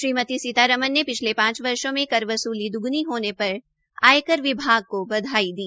श्रीमती सीतामरन ने ने पिछले पांच वर्षो में कर वसूली दोग्नी होने पर आयकर विभाग को बधाई दी